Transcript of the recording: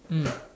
mm